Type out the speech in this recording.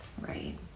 Right